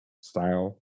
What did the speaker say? style